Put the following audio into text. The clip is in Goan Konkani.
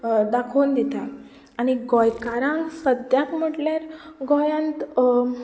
दाखोवन दिता आनी गोंयकारांक सद्याक म्हणल्यार गोंयांत